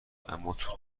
میدارم، اماتو